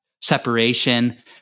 separation